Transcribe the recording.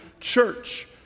church